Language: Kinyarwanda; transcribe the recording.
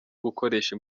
gukoresha